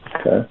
Okay